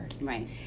Right